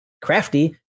crafty